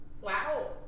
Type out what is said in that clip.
Wow